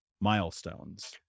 milestones